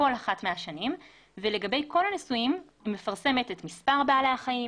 בכל אחת מהשנים ולגבי כל הניסויים היא מפרסמת את מספר בעלי החיים,